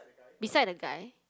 beside the guy